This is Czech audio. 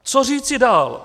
Co říci dál.